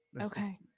Okay